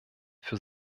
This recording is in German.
für